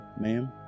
ma'am